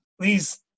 please